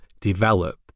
develop